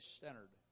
centered